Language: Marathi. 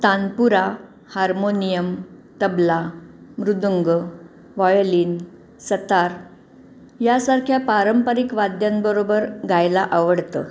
तानपुरा हार्मोनियम तबला मृदुंग वॉयोलिन सतार यासारख्या पारंपरिक वाद्यांबरोबर गायला आवडतं